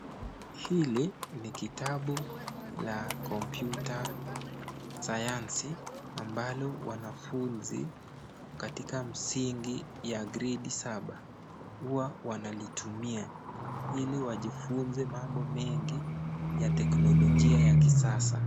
Hili ni kitabu la komputa sayansi ambalo wanafunzi katika msingi ya gradi saba huwa wanalitumia ili waweze kujifunza mambo mengi ya teknolojia ya kisasa.